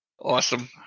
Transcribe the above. Awesome